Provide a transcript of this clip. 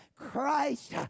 Christ